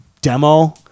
Demo